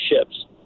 ships